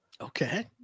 okay